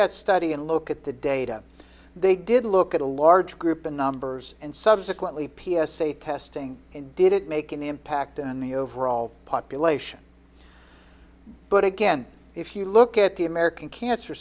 that study and look at the data they did look at a large group of numbers and subsequently p s a testing and did it make an impact on the overall population but again if you look at the american cancer